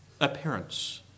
appearance